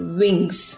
wings